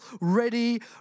ready